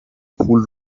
پول